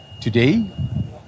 Today